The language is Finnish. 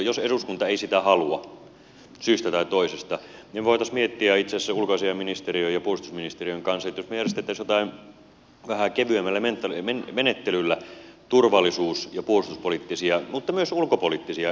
jos eduskunta ei sitä halua syystä tai toisesta niin voitaisiin miettiä itse asiassa ulkoasiainministeriön ja puolustusministeriön kanssa jos me järjestäisimme vähän kevyemmällä menettelyllä turvallisuus ja puolustuspoliittisia mutta myös ulkopoliittisia keskusteluja